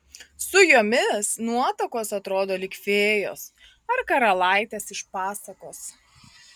su jomis nuotakos atrodo lyg fėjos ar karalaitės iš pasakos